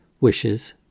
wishes